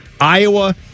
Iowa